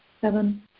Seven